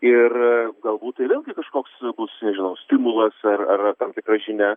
ir galbūt tai vėlgi kažkoks bus nežinau stimulas ar ar tam tikra žinia